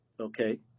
Okay